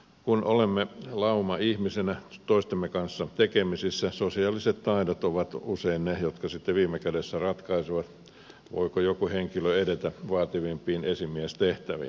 kun olemme laumaihmisinä toistemme kanssa tekemisissä sosiaaliset taidot ovat usein ne jotka sitten viime kädessä ratkaisevat voiko joku henkilö edetä vaativimpiin esimiestehtäviin